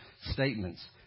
statements